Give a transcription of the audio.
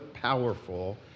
powerful